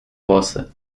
włosy